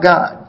God